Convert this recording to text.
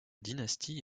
dynastie